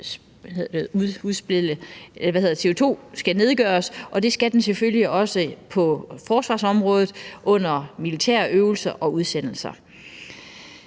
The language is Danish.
skal nedbringes, og det skal den selvfølgelig også på forsvarsområdet under militære øvelser og udsendelser.